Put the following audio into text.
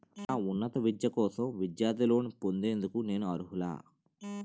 నా ఉన్నత విద్య కోసం విద్యార్థి లోన్ పొందేందుకు నేను అర్హులా?